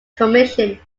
commission